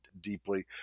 deeply